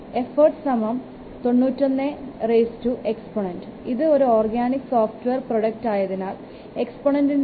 effort സമം 91എക്സ്പോനൻറ് ഇത് ഒരു ഓർഗാനിക് സോഫ്റ്റ്വെയർ പ്രോഡക്റ്റ് ആയതിനാൽ എക്സ്പോനൻറിൻറെ മൂല്യം 0